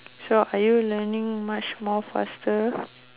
so are you learning much more faster